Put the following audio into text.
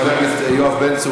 חבר הכנסת יואב בן צור,